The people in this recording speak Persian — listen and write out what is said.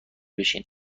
بشین